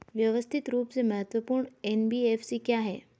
व्यवस्थित रूप से महत्वपूर्ण एन.बी.एफ.सी क्या हैं?